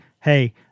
hey